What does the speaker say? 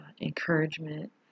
encouragement